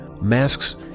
masks